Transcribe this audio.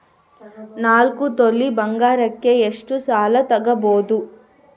ನಾಲ್ಕು ತೊಲಿ ಬಂಗಾರಕ್ಕೆ ಎಷ್ಟು ಸಾಲ ತಗಬೋದು?